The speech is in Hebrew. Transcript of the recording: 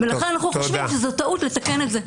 ולכן אנחנו חושבים שזאת טעות לתקן את זה.